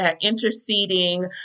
interceding